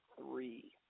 three